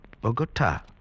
Bogota